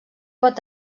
pot